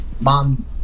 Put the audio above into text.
Mom